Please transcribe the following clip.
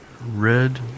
red